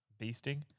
beasting